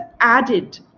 added